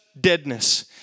deadness